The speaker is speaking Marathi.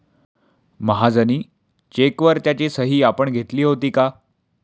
महाजनी चेकवर त्याची सही आपण घेतली होती का?